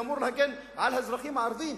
הוא אמור להגן על האזרחים הערבים,